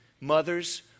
mothers